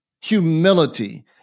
humility